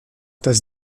das